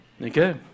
Okay